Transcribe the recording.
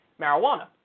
marijuana